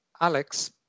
Alex